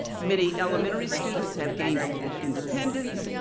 many elementary students have gained a little independence.